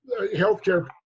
Healthcare